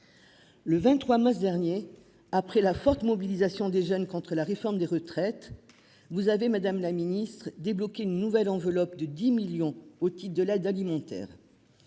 Le 23 mars dernier après la forte mobilisation des jeunes contre la réforme des retraites. Vous avez Madame la Ministre débloquer une nouvelle enveloppe de 10 millions au type de l'aide alimentaire.